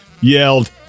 yelled